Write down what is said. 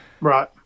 Right